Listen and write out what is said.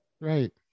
Right